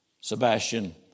Sebastian